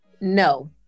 No